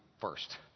first